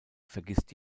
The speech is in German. vergisst